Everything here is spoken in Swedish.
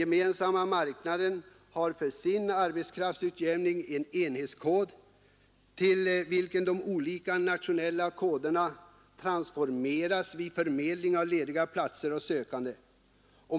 Gemensamma marknaden har för sin arbetskraftsutjämning en enhetskod, till vilken de olika nationella koderna transformeras vid förmedling av lediga platser och sökande.